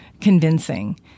convincing